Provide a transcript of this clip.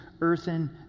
earthen